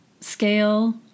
scale